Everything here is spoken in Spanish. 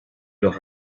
los